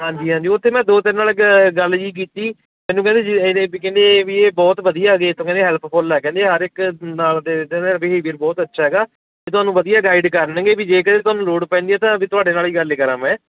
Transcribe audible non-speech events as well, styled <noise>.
ਹਾਂਜੀ ਹਾਂਜੀ ਉੱਥੇ ਮੈਂ ਦੋ ਤਿੰਨ ਨਾਲ ਇੱਕ ਗੱਲ ਜਿਹੀ ਕੀਤੀ ਮੈਨੂੰ ਕਹਿੰਦੇ ਜੀ <unintelligible> ਵੀ ਕਹਿੰਦੇ ਵੀ ਇਹ ਬਹੁਤ ਵਧੀਆ ਗੇ ਤਾਂ ਕਹਿੰਦੇ ਹੈਲਪਫੁਲ ਹੈ ਕਹਿੰਦੇ ਹਰ ਇੱਕ ਨਾਲ ਦੇ <unintelligible> ਵੀਰ ਬਹੁਤ ਅੱਛਾ ਹੈਗਾ ਅਤੇ ਤੁਹਾਨੂੰ ਵਧੀਆ ਗਾਈਡ ਕਰਨਗੇ ਵੀ ਜੇਕਰ ਤੁਹਾਨੂੰ ਲੋੜ ਪੈਂਦੀ ਹੈ ਤਾਂ ਵੀ ਤੁਹਾਡੇ ਨਾਲ ਹੀ ਗੱਲ ਕਰਾਂ ਮੈਂ